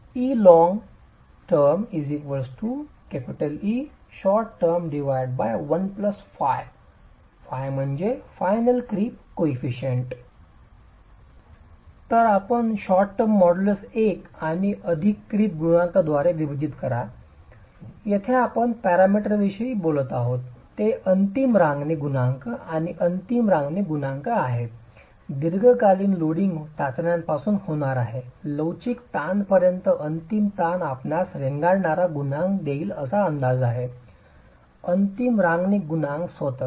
Elong−term Eshort−term 1 φu φu Final creep coefficient तर आपण short term modulus 1 आणि अधिक क्रिप गुणांक द्वारे विभाजित करा येथे आपण ज्या पॅरामीटरविषयी बोलत आहोत ते अंतिम रांगणे गुणांक आणि अंतिम रांगणे गुणांक आहे दीर्घकालीन लोडिंग चाचण्यांपासून होणार आहे लवचिक ताणपर्यंत अंतिम ताण आपणास रेंगाळणारा गुणांक देईल असा अंदाज आहे अंतिम रांगणे गुणांक स्वतः